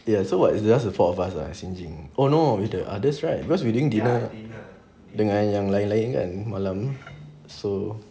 ya so what is just the four of us ah xing jing oh no with the others right because we doing dinner dengan yang lain-lain kan malam so